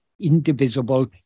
indivisible